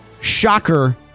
shocker